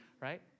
Right